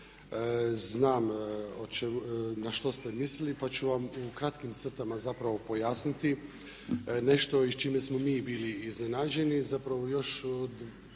znam na što ste mislili pa ću vam u kratkim crtama zapravo pojasniti nešto s čime smo mi bili iznenađeni